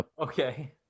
Okay